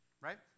Right